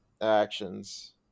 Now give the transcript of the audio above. actions